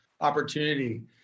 opportunity